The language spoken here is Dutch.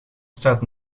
staat